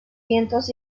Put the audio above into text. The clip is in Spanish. vientos